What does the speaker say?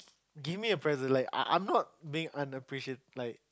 give me a present like I I'm not being unappreciate like